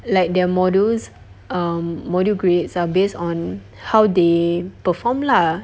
like their modules um module grades are based on how they perform lah